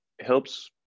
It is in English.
helps